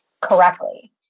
correctly